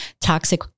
toxic